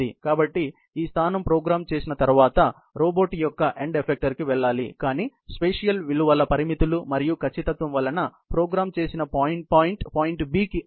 కాబట్టి ఈ స్థానం ప్రోగ్రామ్ చేసిన తర్వాత రోబోట్ యొక్క ఎండ్ ఎఫెక్టర్ వెళ్ళాలి కానీ స్పెషియల్ విలువల పరిమితులు మరియు ఖచ్చితత్వం వలన ప్రోగ్రామ్ చేసిన పాయింట్ పాయింట్ B అవుతుంది